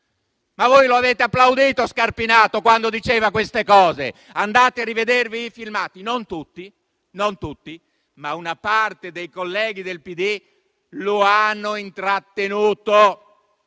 questo - avete applaudito Scarpinato quando diceva queste cose! Andate a rivedervi i filmati! Non tutti, ma una parte dei colleghi del PD lo hanno intrattenuto.